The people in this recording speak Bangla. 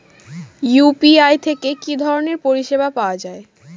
ইউ.পি.আই থেকে কি ধরণের পরিষেবা পাওয়া য়ায়?